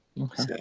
Okay